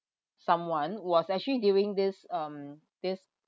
someone was actually during this um this